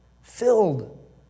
filled